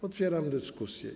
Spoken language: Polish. Otwieram dyskusję.